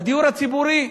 הדיור הציבורי.